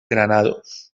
granados